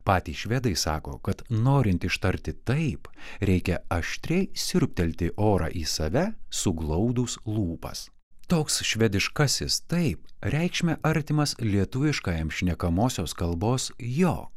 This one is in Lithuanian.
patys švedai sako kad norint ištarti taip reikia aštriai siurbtelti orą į save suglaudus lūpas toks švediškasis taip reikšme artimas lietuviškajam šnekamosios kalbos jo